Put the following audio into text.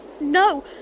No